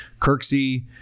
Kirksey